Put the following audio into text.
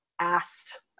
asked